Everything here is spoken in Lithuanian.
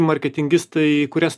marketingistai kurias